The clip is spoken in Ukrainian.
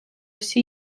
всі